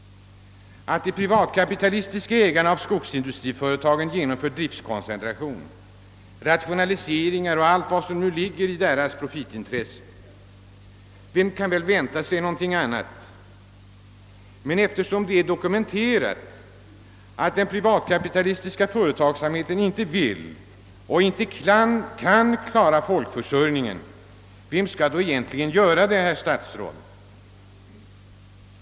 Att de privatkapitalistiska ägarna av skogsindustriföretagen genomför driftkoncentration, rationaliseringar och allt som ligger i deras profitintresse har man ju kunnat vänta sig. Eftersom det är dokumenterat att den privatkapitalistiska företagsamheten inte vill eller kan klara folkförsörjningen, vem skall då göra det, herr statsråd?